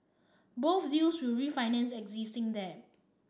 both deals will refinance existing debt